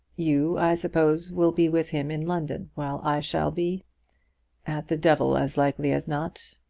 you, i suppose, will be with him in london, while i shall be at the devil as likely as not.